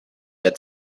had